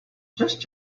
just